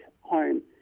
home